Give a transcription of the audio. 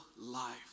life